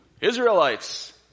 Israelites